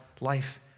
life